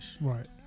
Right